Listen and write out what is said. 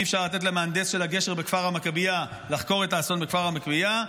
ואי-אפשר לתת למהנדס של הגשר בכפר המכבייה לחקור את האסון בכפר המכבייה,